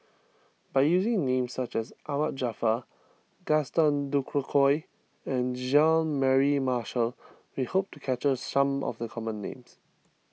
by using names such as Ahmad Jaafar Gaston Dutronquoy and Jean Mary Marshall we hope to capture some of the common names